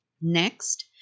Next